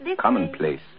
commonplace